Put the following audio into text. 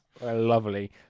Lovely